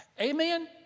Amen